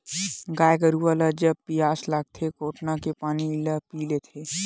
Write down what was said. गाय गरुवा ल जब पियास लागथे कोटना के पानी ल पीय लेथे